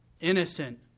innocent